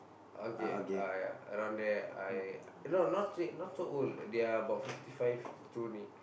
okay I around there I you know not say not so old they are about fifty five fifty two only